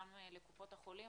גם לקופות החולים.